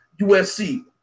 USC